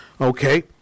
Okay